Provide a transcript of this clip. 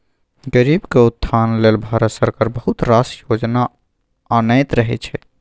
गरीबक उत्थान लेल भारत सरकार बहुत रास योजना आनैत रहय छै